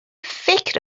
فکر